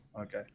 Okay